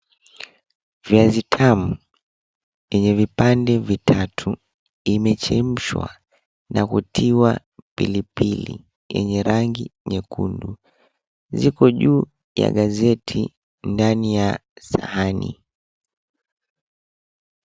Viazi tamu yenye vipande vitatu imechemshwa na kutiwa pilipili yenye rangi nyekundu. Ziko juu ya gazeti ndani ya sahani.